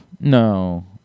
No